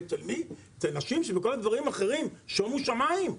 אצל אנשים שבכל מיני דברים אחרים 'שומו שמיים',